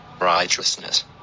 righteousness